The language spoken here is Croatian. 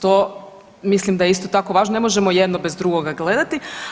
To mislim da je isto tako važno, ne možemo jedno bez drugoga gledati.